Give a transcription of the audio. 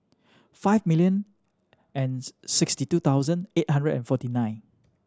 five million and sixty two thousand eight hundred and forty nine